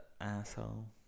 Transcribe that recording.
asshole